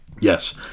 yes